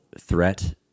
threat